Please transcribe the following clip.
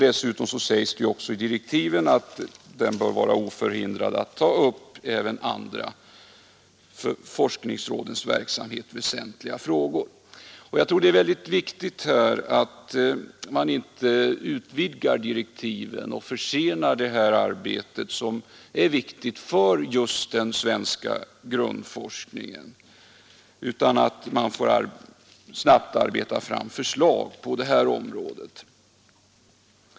Dessutom sägs i direktiven att utredningen bör vara oförhindrad att ta upp även andra för forskningsrådens verksamhet väsentliga frågor. Jag tror att det är mycket viktigt att man inte utvidgar direktiven och därmed försenar det här arbetet som är betydelsefullt för den svenska grundforskningen utan att utredningen snabbt får arbeta fram förslag på detta område.